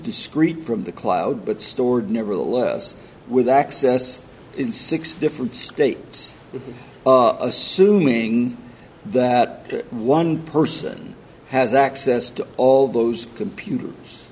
discrete from the cloud but stored never alone us with access in six different states assuming that one person has access to all those computers